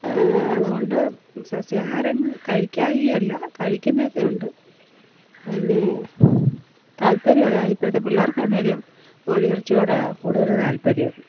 അതുകൊണ്ട് സസ്യാഹാരം കഴിക്കായ്കയല്ല കഴിക്കുന്നതൊക്കെയുണ്ട് താൽപര്യം അതാണ് ഇപ്പോഴത്തെ പിള്ളാർക്കാണെങ്കിലും കോഴിയിറച്ചിയോടാണ് കൂടുതൽ താൽപര്യം